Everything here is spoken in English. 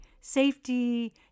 safety